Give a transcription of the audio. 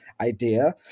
idea